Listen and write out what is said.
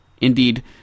Indeed